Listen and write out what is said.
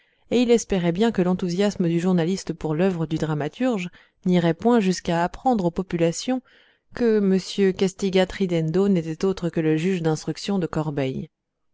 et il espérait bien que l'enthousiasme du journaliste pour l'œuvre du dramaturge n'irait point jusqu'à apprendre aux populations que m castigat ridendo n'était autre que le juge d'instruction de corbeil